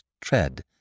tread